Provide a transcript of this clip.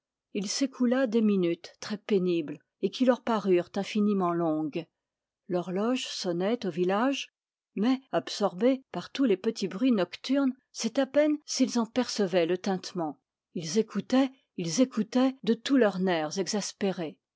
il s'écoula des minutes très pénibles et qui leur parurent infiniment longues l'horloge sonnait au village mais absorbés par tous les petits bruits nocturnes c'est à peine s'ils en percevaient le tintement ils écoutaient ils écoutaient de tous leurs nerfs exaspérés